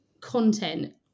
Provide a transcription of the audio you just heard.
content